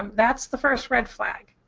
um that's the first red flag.